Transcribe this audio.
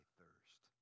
thirst